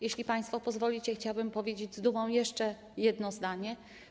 Jeśli państwo pozwolicie, chciałabym powiedzieć z dumą jeszcze jedno zdanie.